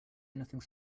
anything